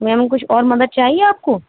میم کچھ اور مدد چاہیے آپ کو